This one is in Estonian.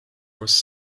kus